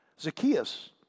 Zacchaeus